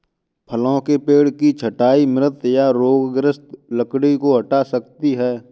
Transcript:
फलों के पेड़ की छंटाई मृत या रोगग्रस्त लकड़ी को हटा सकती है